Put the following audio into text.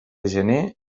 gener